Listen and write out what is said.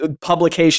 publication